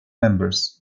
members